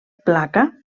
placa